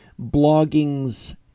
blogging's